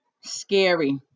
Scary